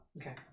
Okay